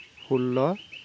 ষোল্ল